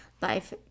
life